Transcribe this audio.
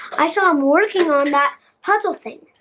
i saw i'm working on that puzzle thing